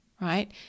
Right